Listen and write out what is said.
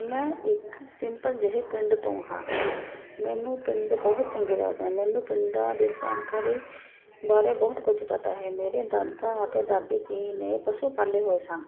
ਮੈਂ ਇੱਕ ਸਿੰਪਲ ਜਿਹੇ ਪਿੰਡ ਤੋਂ ਹਾਂ ਮੈਨੂੰ ਪਿੰਡ ਬਹੁਤ ਚੰਗੇ ਲੱਗਦਾ ਮੈਨੂੰ ਪਿੰਡਾਂ ਦੀ ਜਾਣਕਾਰੀ ਬਾਰੇ ਬਹੁਤ ਕੁਝ ਪਤਾ ਹੈ ਮੇਰੇ ਦਾਦਾ ਅਤੇ ਦਾਦੀ ਜੀ ਨੇ ਪਸ਼ੂ ਪਾਲੇ ਹੋਏ ਸਨ